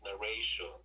narration